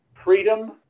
Freedom